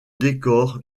décor